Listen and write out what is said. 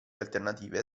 alternative